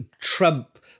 Trump